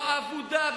או האבודה,